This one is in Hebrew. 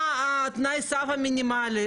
מה תנאי הסף המינימלי.